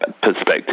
perspective